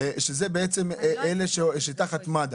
שזה בעצם אלה שתחת מד"א,